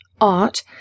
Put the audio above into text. art